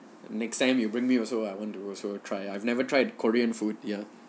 next time you bring me also I want to also try I've never tried korean food ya